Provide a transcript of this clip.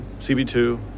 CB2